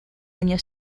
año